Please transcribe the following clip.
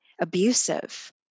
abusive